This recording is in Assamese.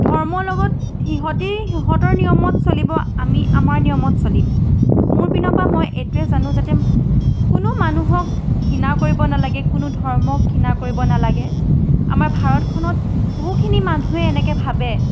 ধৰ্মৰ লগত সিহঁতি সিহঁতৰ নিয়মত চলিব আমি আমাৰ নিয়মত চলিম মোৰ পিনপা মই এইটোৱে জানো যাতে কোনো মানুহক ঘৃণা কৰিব নালাগে কোনো ধৰ্মক ঘৃণা কৰিব নালাগে আমাৰ ভাৰতখনত বহুখিনি মানুহে এনেকৈ ভাবে